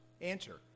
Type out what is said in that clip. Answer